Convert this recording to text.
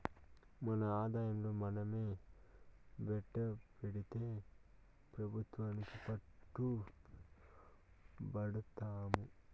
మన ఆదాయం మనమే బైటపెడితే పెబుత్వానికి పట్టు బడతాము